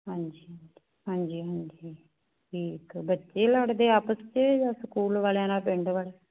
ਹਾਂਜੀ ਹਾਂਜੀ ਹਾਂਜੀ ਦੇਖ ਬੱਚੇ ਲੜਦੇ ਆਪਸ 'ਚ ਜਾਂ ਸਕੂਲ ਵਾਲਿਆਂ ਨਾਲ ਪਿੰਡ ਵਾਲੇ